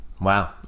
Wow